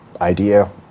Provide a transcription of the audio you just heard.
idea